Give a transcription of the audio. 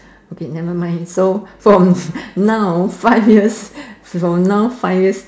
okay never mind so from now five years from now five years